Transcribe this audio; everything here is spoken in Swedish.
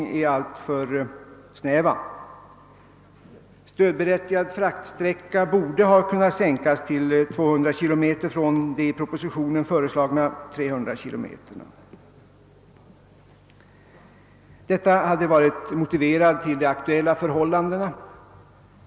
Den stödberättigade fraktsträckan borde ha kunnat sänkas till 200 km mot i propositionen föreslagna 300 km. Detta hade varit motiverat med hänsyn till de aktuella förhållandena.